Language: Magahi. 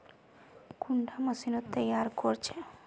कुंडा मशीनोत तैयार कोर छै?